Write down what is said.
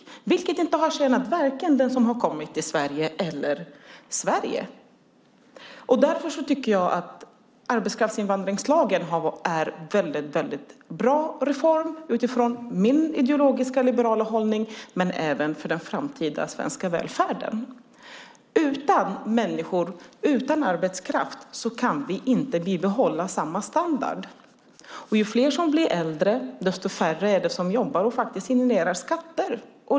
Det är något som inte har tjänat vare sig den som har kommit till Sverige eller Sverige. Därför tycker jag att arbetskraftsinvandringslagen är en väldigt bra reform utifrån min ideologiskt liberala hållning men även för den framtida svenska välfärden. Utan människor och arbetskraft kan vi inte bibehålla samma standard. Ju fler som blir äldre, desto färre är det som jobbar och genererar skatter.